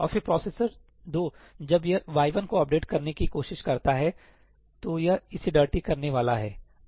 और फिर प्रोसेसर 2 जब यह y 1 को अपडेट करने की कोशिश करता है तो यह इसे डर्टी करने वाला है